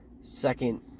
second